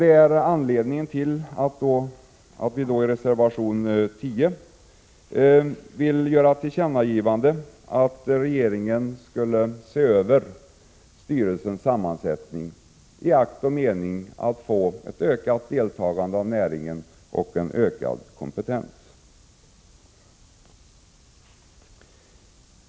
Detta är anledningen till att vi i reservation 10 föreslår att riksdagen ger till känna att regeringen borde se över styrelsens sammansättning i akt och mening att få ett ökat deltagande av näringen och en ökad kompetens.